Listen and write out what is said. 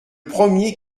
premier